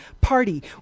party